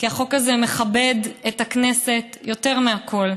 כי החוק הזה מכבד את הכנסת יותר מהכול.